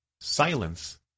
Silence